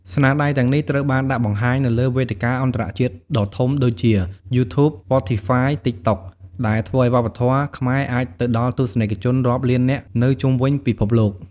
ស្នាដៃទាំងនេះត្រូវបានដាក់បង្ហាញនៅលើវេទិកាអន្តរជាតិដ៏ធំដូចជា YouTube, Spotify, TikTok ដែលធ្វើឲ្យវប្បធម៌ខ្មែរអាចទៅដល់ទស្សនិកជនរាប់លាននាក់នៅជុំវិញពិភពលោក។